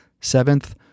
Seventh